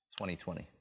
2020